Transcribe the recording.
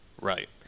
right